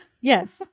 Yes